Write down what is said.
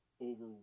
over